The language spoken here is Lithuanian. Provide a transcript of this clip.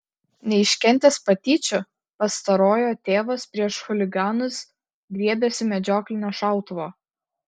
neiškentęs patyčių pastarojo tėvas prieš chuliganus griebėsi medžioklinio šautuvo